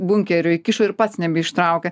bunkerio įkišo ir pats nebeištraukia